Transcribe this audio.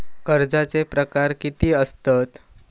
कर्जाचे प्रकार कीती असतत?